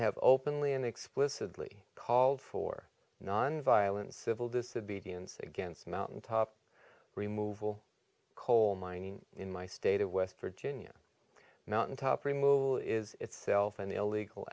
have openly and explicitly called for nonviolent civil disobedience against mountaintop removal coal mining in my state of west virginia mountaintop removal is itself an illegal